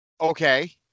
Okay